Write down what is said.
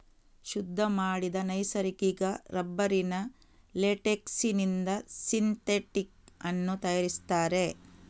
ಶುದ್ಧ ಮಾಡಿದ ನೈಸರ್ಗಿಕ ರಬ್ಬರಿನ ಲೇಟೆಕ್ಸಿನಿಂದ ಸಿಂಥೆಟಿಕ್ ಅನ್ನು ತಯಾರಿಸ್ತಾರೆ